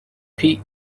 pete